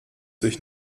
sich